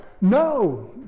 No